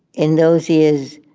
in those years.